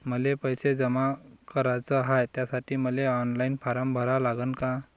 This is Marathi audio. मले पैसे जमा कराच हाय, त्यासाठी मले ऑनलाईन फारम भरा लागन का?